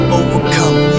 overcome